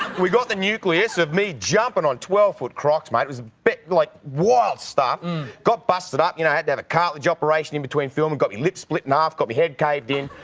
we got the nucleus of me jumping on twelve foot crocs mate was bit like wild stuff got busted up you know had to have a cartlidge operation in between film and got me lip splitting off. got me head caved in